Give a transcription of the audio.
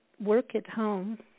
work-at-home